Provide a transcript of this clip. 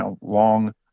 long